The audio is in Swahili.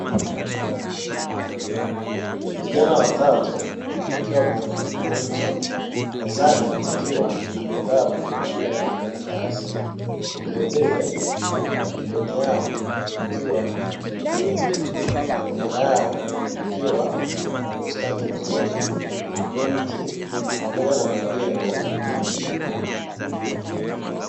Vijana watatu wakiwa kwenye mazungumzo, mezani kukiwa na vitabu pamoja na makaratasi, vilevile pembeni yao kukiwa kuna meza na nyuma yao kukiwa na bustani nzuri, mti pamoja na majengo.